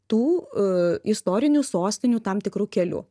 tų a istorinių sostinių tam tikru keliu